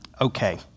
okay